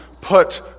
put